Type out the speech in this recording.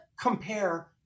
compare